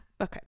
okay